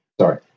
Sorry